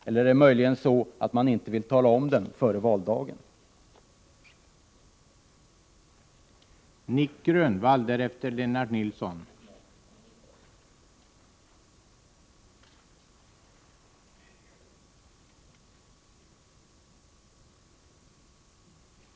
Eller är det möjligen så att man inte vill tala om, före valdagen, vilken strategi man har?